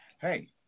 hey